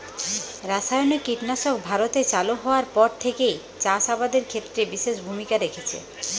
রাসায়নিক কীটনাশক ভারতে চালু হওয়ার পর থেকেই চাষ আবাদের ক্ষেত্রে বিশেষ ভূমিকা রেখেছে